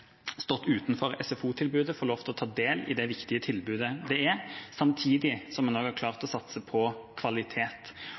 stått utenfor SFO-tilbudet, får lov til å ta del i det viktige tilbudet det er, samtidig som en også har klart